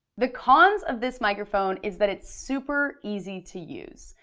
the cons of this microphone is that it's super easy to use.